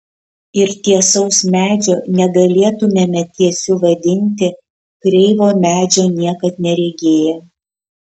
ir tiesaus medžio negalėtumėme tiesiu vadinti kreivo medžio niekad neregėję